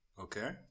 okay